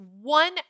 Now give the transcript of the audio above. one